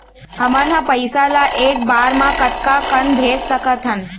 हमन ह पइसा ला एक बार मा कतका कन भेज सकथन?